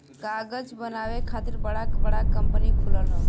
कागज बनावे खातिर बड़ा बड़ा कंपनी खुलल हौ